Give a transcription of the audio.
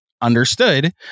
understood